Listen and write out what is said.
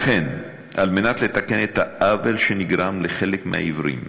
ואכן, על מנת לתקן את העוול שנגרם לחלק מהעיוורים,